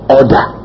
order